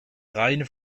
reine